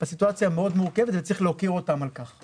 בסיטואציה מאוד מורכבת וצריך להוקיר אותם על כך.